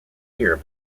year